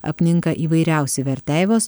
apninka įvairiausi verteivos